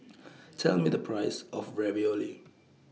Tell Me The Price of Ravioli